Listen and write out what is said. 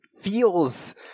feels